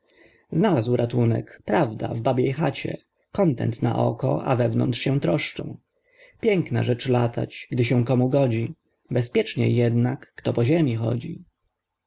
znalazł ratunek prawda w babiej chacie kontent na oko a wewnątrz się troszcze piękna rzecz latać gdy się komu godzi bezpieczniej jednak kto po ziemi chodzi